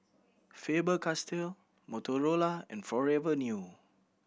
Faber Castell Motorola and Forever New